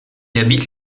habite